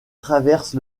traverse